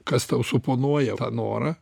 kas tau suponuoja norą